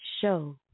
show